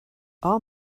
all